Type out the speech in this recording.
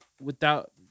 Without-